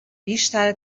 بیشتر